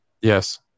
Yes